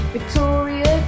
Victoria